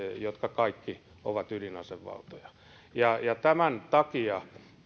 jotka kaikki ovat ydinasevaltoja tämän takia